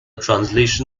translation